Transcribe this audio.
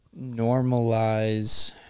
normalize